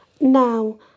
Now